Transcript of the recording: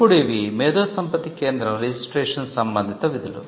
ఇప్పుడు ఇవి మేధోసంపత్తి కేంద్రo రిజిస్ట్రేషన్ సంబంధిత విధులు